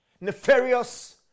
nefarious